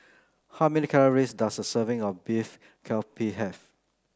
how many calories does a serving of Beef Galbi have